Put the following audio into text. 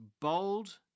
bold